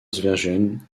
versions